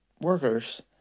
workers